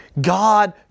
God